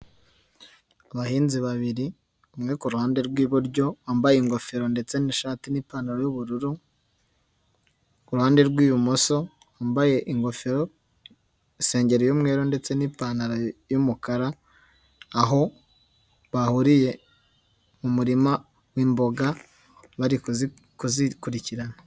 Abahinzi babiri umwe ku ruhande rw'iburyo wambaye ingofero ndetse n'ishati n'ipantaro y'ubururu ku ruhande rw'ibumoso wambaye ingofero isengeri y'umweru ndetse ndetse n'ipantaro y'umukara, aho bahuriye mu murima w'imboga bari kuzikurikirana.